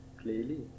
clearly